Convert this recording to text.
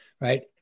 right